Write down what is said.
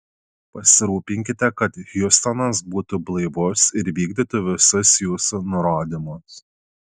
pasirūpinkite kad hiustonas būtų blaivus ir vykdytų visus jūsų nurodymus